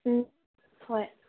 ꯎꯝ ꯍꯣꯏ